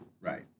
right